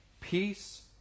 peace